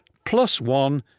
plus one,